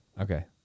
Okay